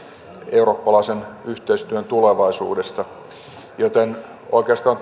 eurooppalaisen yhteistyön tulevaisuudesta joten oikeastaan